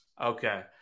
Okay